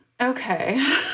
okay